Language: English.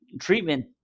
treatment